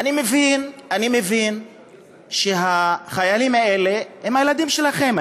אני מבין שהחיילים האלה הם הילדים שלכם,